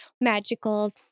magical